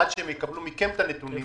עד שהם יקבלו מכם את הנתונים,